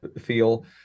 feel